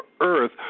earth